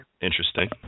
Interesting